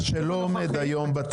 מה שלא עומד היום בתקציב.